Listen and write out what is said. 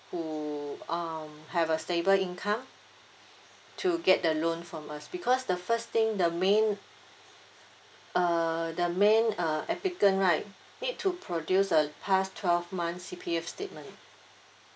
who um have a stable income to get the loan from us because the first thing the main uh the main uh applicant right need to produce a past twelve months C_P_F statement